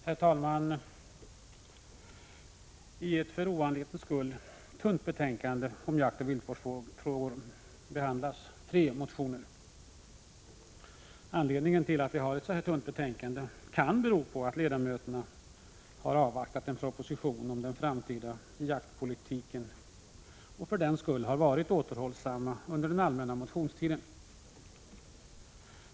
Herr talman! I ett för ovanlighetens skull tunt betänkande om jaktoch viltvårdsfrågor behandlas tre motioner. Anledningen till att vi har ett så tunt betänkande kan vara att ledamöterna i riksdagen har avvaktat en proposition om den framtida jaktpolitiken och för den skull varit återhållsamma under den allmänna motionstiden.